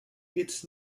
its